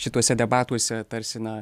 šituose debatuose tarsi na